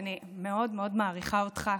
אני מאוד מאוד מעריכה אותך,